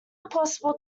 impossible